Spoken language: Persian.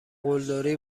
قلدری